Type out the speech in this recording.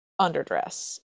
underdress